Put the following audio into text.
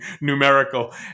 numerical